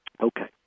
okay